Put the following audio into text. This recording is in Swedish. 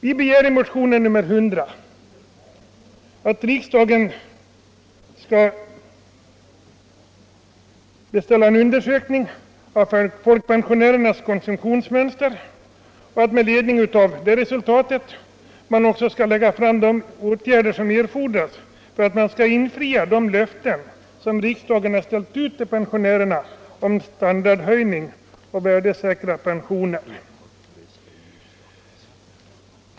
I motionen 100 hemställer vi att riksdagen beslutar att ”hos regeringen anhålla om en undersökning av folkpensionärernas konsumtionsmönster och förslag till åtgärder, som kan erfordras för att infria riksdagens löften till pensionärerna om standardhöjning och värdesäkra pensioner”.